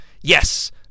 Yes